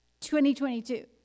2022